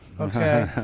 Okay